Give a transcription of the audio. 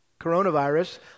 coronavirus